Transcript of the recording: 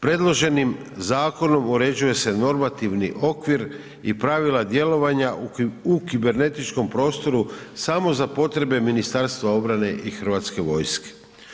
Predloženim zakonom uređuje se normativni okvir i pravila djelovanja u kibernetičkom prostoru samo za potrebe Ministarstva obrane i Hrvatske vojske.